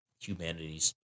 humanity's